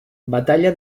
batalla